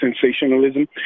sensationalism